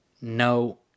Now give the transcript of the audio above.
no